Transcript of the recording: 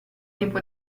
tipo